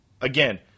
Again